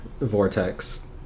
vortex